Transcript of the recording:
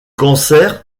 cancer